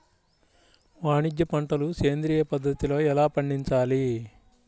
వాణిజ్య పంటలు సేంద్రియ పద్ధతిలో ఎలా పండించాలి?